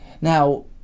Now